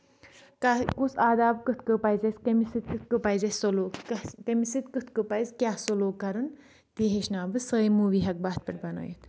کُس آداب کِتھ کٔنۍ پَزِ اَسہِ کٔمِس سۭتۍ کِتھ کٔنۍ پَزِ اَسہِ سلوٗک تٔمِس سۭتۍ کِتھ کٔنۍ پَزِ کیاہ سٔلوٗک کَرُن تہِ ہیٚچھناو بہٕ سۄے موٗوی ہؠکہٕ بہٕ اَتھ پؠٹھ بَنٲیِتھ